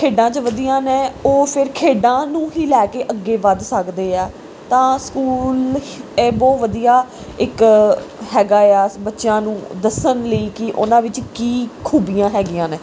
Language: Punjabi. ਖੇਡਾਂ 'ਚ ਵਧੀਆ ਨੇ ਉਹ ਫਿਰ ਖੇਡਾਂ ਨੂੰ ਹੀ ਲੈ ਕੇ ਅੱਗੇ ਵੱਧ ਸਕਦੇ ਆ ਤਾਂ ਸਕੂਲ ਇਹ ਬਹੁਤ ਵਧੀਆ ਇੱਕ ਹੈਗਾ ਆ ਬੱਚਿਆਂ ਨੂੰ ਦੱਸਣ ਲਈ ਕਿ ਉਹਨਾਂ ਵਿੱਚ ਕੀ ਖੂਬੀਆਂ ਹੈਗੀਆਂ ਨੇ